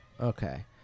okay